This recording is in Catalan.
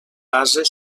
base